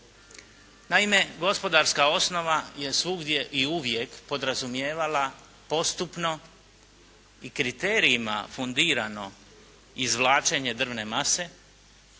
Naime, gospodarska osnova je svugdje i uvijek podrazumijevala postupno i kriterijima fundirano izvlačenje drvne mase,